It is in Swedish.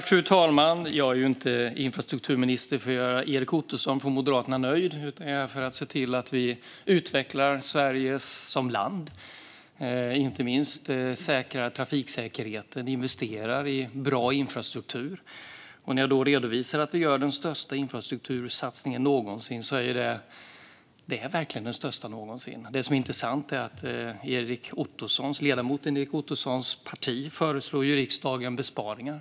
Fru talman! Jag är inte infrastrukturminister för att göra Erik Ottoson från Moderaterna nöjd, utan jag är det för att se till att vi utvecklar Sverige som land, inte minst genom att säkra trafiksäkerheten och investera i bra infrastruktur. När jag då redovisar att vi gör den största infrastruktursatsningen någonsin - för det är verkligen den största någonsin - är det intressanta att ledamoten Erik Ottosons parti föreslår riksdagen besparingar.